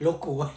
loco ah